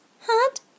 hot